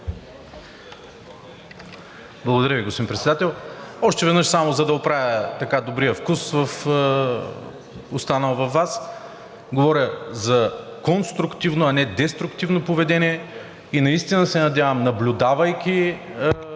Благодаря Ви, господин Председател. Още веднъж само за да оправя добрия вкус, останал във Вас. Говоря за конструктивно, а не деструктивно поведение. И наистина се надявам, наблюдавайки